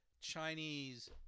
Chinese